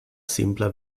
simpla